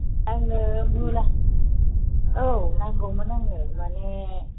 आंनो मुला औ नांगौमोन आंनो माने